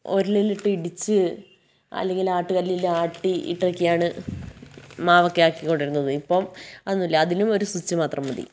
ഉരലിലിട്ട് ഇടിച്ച് അല്ലെങ്കിൽ ആട്ടുകല്ലിലാട്ടി ഇട്ടൊക്കെയാണ് മാവൊക്കെ ആക്കിക്കൊണ്ടിരുന്നത് ഇപ്പം അതൊന്നുമില്ല അതിനും ഒരു സ്വിച്ച് മാത്രം മതി